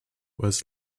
was